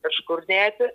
kažkur dėti